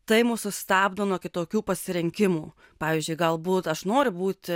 tai mus sustabdo nuo kitokių pasirinkimų pavyzdžiui galbūt aš noriu būti